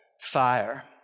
fire